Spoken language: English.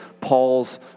Paul's